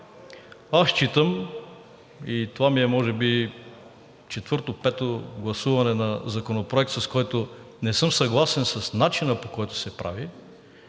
Аз считам и това ми е може би четвърто-пето гласуване на законопроект, с който не съм съгласен с начина, по който се прави,